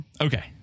Okay